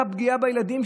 על הפגיעה בילדים,